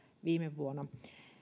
viime vuonna